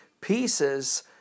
pieces